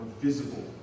visible